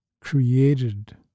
created